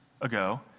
ago